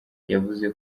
yavuze